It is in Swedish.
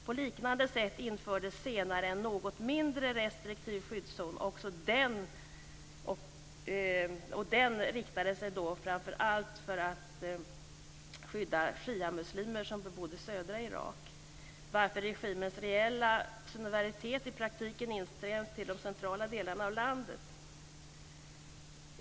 På liknande sätt infördes senare en något mindre restriktiv skyddszon och den inriktades framför allt på att skydda shiamuslimer som bebodde södra Irak, varför regimens reella suveränitet i praktiken inskränks till de centrala delarna av landet.